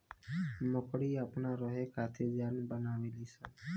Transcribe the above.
मकड़ी अपना रहे खातिर जाल बनावे ली स